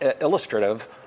illustrative